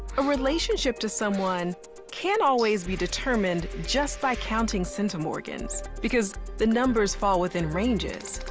a relationship to someone can't always be determined just by counting centimorgans. because the numbers fall within ranges.